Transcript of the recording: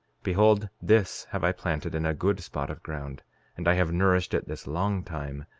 behold, this have i planted in a good spot of ground and i have nourished it this long time,